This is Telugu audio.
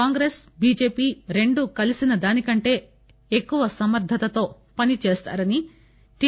కాంగ్రెస్ బిజెపి రెండు కలిసినదానికంటే ఎక్కువ సమర్దతతో పనిచేస్తారని టి